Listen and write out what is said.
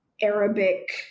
Arabic